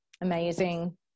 amazing